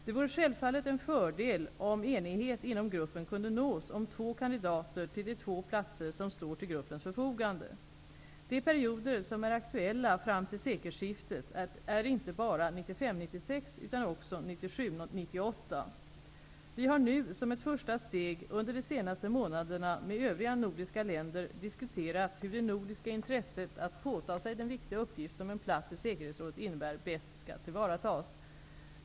Det vore självfallet en fördel om enighet inom gruppen kunde nås om två kandidater till de två platser som står till gruppens förfogande. De perioder som är aktuella fram till sekelskiftet är inte bara 1995--1996 utan också 1997--1998. Vi har nu, som ett första steg, under de senaste månaderna med övriga nordiska länder diskuterat hur det nordiska intresset att påta sig den viktiga uppgift som en plats i säkerhetsrådet innebär bäst skall tillvaratas.